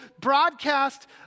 broadcast